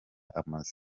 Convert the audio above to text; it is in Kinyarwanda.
amazu